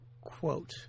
Quote